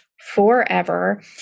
forever